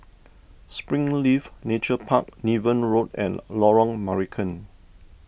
Springleaf Nature Park Niven Road and Lorong Marican